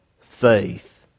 faith